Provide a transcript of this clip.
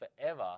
forever